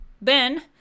Ben